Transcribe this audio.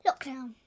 Lockdown